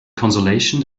consolation